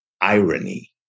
Irony